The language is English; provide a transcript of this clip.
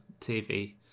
TV